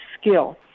skill